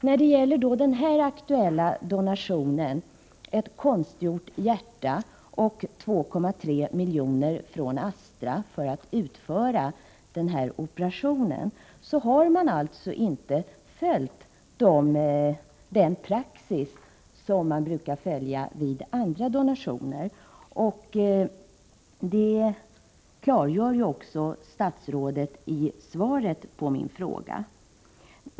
När det gäller den här aktuella donationen — ett konstgjort hjärta och 2,3 milj.kr. från Astra för att utföra operationen — har man inte följt den praxis som man brukar följa vid andra donationer. Detta klargör ju också statsrådet i svaret på min fråga.